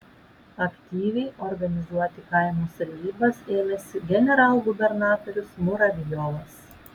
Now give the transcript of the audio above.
aktyviai organizuoti kaimo sargybas ėmėsi generalgubernatorius muravjovas